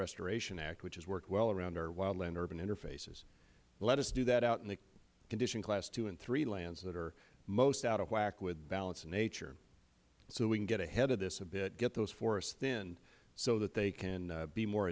restoration act which has worked well around our wildland urban interfaces let us do that out in the condition class two and three lands that are most out of whack with balance and nature so we can get ahead of this a bit get those forests thinned so that they can be more